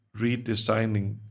redesigning